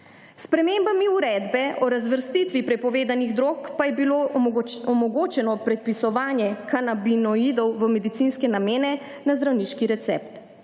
spremembami uredbe o razvrstitvi prepovedanih drog pa je bilo omogočeno predpisovanje kanabinoidov v medicinske namene na zdravniški recept.